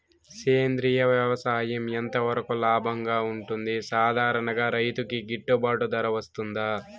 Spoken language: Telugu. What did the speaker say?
సేంద్రియ వ్యవసాయం ఎంత వరకు లాభంగా ఉంటుంది, సాధారణ రైతుకు గిట్టుబాటు ధర వస్తుందా?